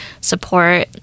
support